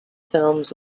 films